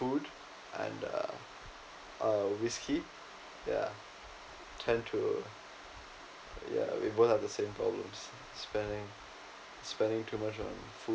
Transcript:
food and uh um whiskey tend to yeah we all have the same problems spending spending too much on food